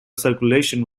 circulation